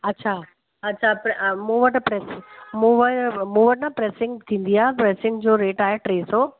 अछा अछा मूं वटि प्रेसिंग मूं व मूं वटि न प्रेसिंग थींदी आहे प्रेसिंग जो रेट आहे टे सौ